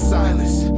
silence